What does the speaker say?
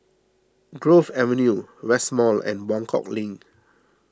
Grove Avenue West Mall and Buangkok Link